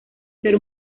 ser